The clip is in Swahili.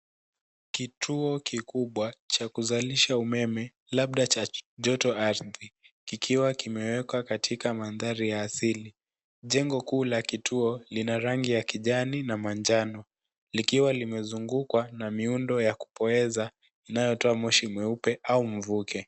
Kituo kikubwa, cha kuzalisha umeme, labda cha joto ardhi, kikiwa kimewekwa katika manthari ya asili. Jengo kuu la kituo, lina rangi ya kijani na manjano, likiwa limezungukwa na miundo ya kupoeza inayotoa moshi mweupe au mvuke.